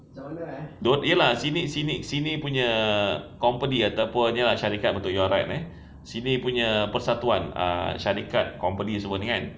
dioye lah sini sini sini punya company ataupun iya lah syarikat untuk your right eh sini punya persatuan ah syarikat company semua ni kan